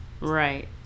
Right